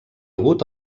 hagut